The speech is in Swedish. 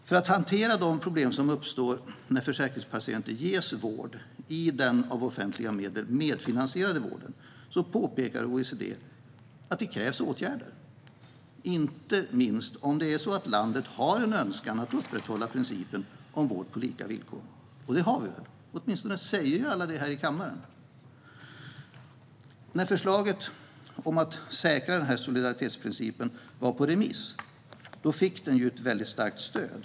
För att hantera de problem som uppstår när försäkringspatienter ges vård i den av offentliga medel medfinansierade vården, påpekar OECD att det krävs åtgärder, inte minst om landet har en önskan att upprätthålla principen om vård på lika villkor. Det har vi väl? Åtminstone säger alla det här i kammaren. När förslaget om att säkra solidaritetsprincipen var på remiss fick det starkt stöd.